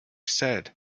said